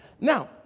Now